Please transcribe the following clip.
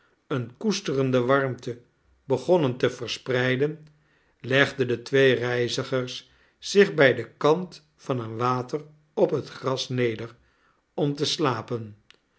eene koesterende warmte begonnen te verspreiden legden de twee reizigers zich bij den kant van een water op het gras neder om te slapen